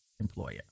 Employer